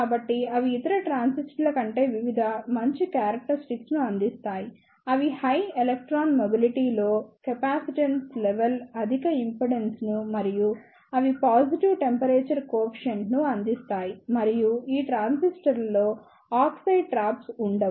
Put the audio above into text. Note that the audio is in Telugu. కాబట్టి అవి ఇతర ట్రాన్సిస్టర్ల కంటే వివిధ మంచి క్యారక్టరిస్టిక్స్ ను అందిస్తాయి అవి హై ఎలక్ట్రాన్ మొబిలిటీ లో కెపాసిటెన్స్ లెవల్ అధిక ఇన్పుట్ ఇంపెడెన్స్ మరియు అవి పాజిటివ్ టెంపరేచర్ కోఎఫిషియెంట్స్ ను అందిస్తాయి మరియు ఈ ట్రాన్సిస్టర్లలో ఆక్సైడ్ ట్రాప్స్ ఉండవు